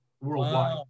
worldwide